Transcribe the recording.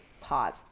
pause